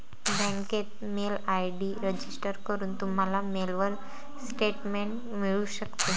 बँकेत mail ID register करून, तुम्हाला मेलवर स्टेटमेंट मिळू शकते